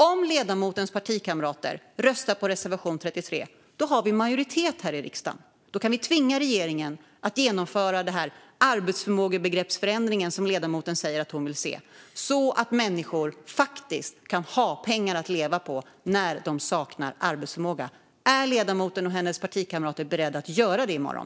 Om ledamotens partikamrater röstar på reservation 33 har vi majoritet här i riksdagen, och då kan vi tvinga regeringen att genomföra arbetsförmågebegreppsförändringen som ledamoten säger att hon vill se, så att människor faktiskt kan ha pengar att leva på när de saknar arbetsförmåga. Är ledamoten och hennes partikamrater beredda att göra det i morgon?